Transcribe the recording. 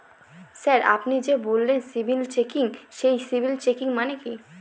Sir আপনি যে বললেন সিবিল চেকিং সেই সিবিল চেকিং মানে কি?